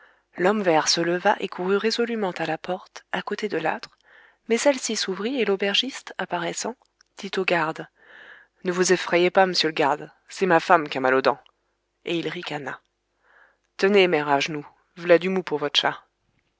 l'homme vert se leva et courut résolument à la porte à côté de l'âtre mais celle-ci s'ouvrit et l'aubergiste apparaissant dit au garde ne vous effrayez pas m'sieur le garde c'est ma femme qu'a mal aux dents et il ricana tenez mère agenoux v'là du mou pour vot'chat